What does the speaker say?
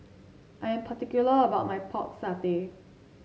I am particular about my Pork Satay